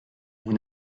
vous